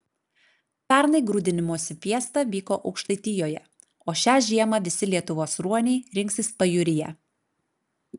pernai grūdinimosi fiesta vyko aukštaitijoje o šią žiemą visi lietuvos ruoniai rinksis pajūryje